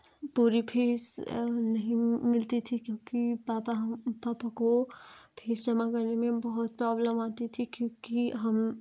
पूरी फीस नहीं मिलती थी क्योंकि पापा पापा को फीस जमा करने में बहुत प्रॉब्लम आती थी क्योंकि हम